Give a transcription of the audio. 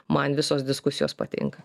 man visos diskusijos patinka